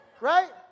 right